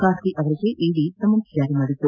ಕಾರ್ತಿ ಅವರಿಗೆ ಇದಿ ಸಮನ್ಸ್ ಜಾರಿ ಮಾಡಿತ್ತು